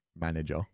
manager